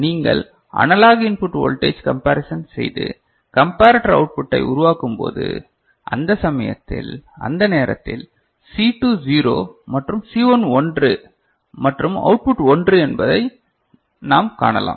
நீங்கள் analog input voltage comparison செய்து comparator அவுட் புட்டை உருவாக்கும்போது அந்த சமயத்தில் அந்த நேரத்தில் சி2 0 மற்றும் சி1 1 மற்றும் அவுட்புட் 1 என்று நாம் காணலாம்